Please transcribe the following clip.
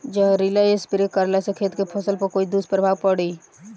जहरीला स्प्रे करला से खेत के फसल पर कोई दुष्प्रभाव भी पड़ी?